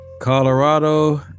Colorado